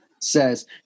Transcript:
says